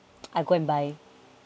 I'll go and buy